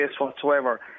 whatsoever